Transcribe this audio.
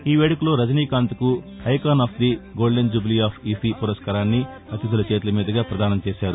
ఈ వేదుకలో రజనీకాంత్కు icon of the golden jubilee of IFFI పురస్కారాన్ని అతిధుల చేతులమీదుగా ప్రదానం చేశారు